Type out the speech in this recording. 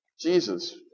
Jesus